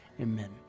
amen